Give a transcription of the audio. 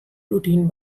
routine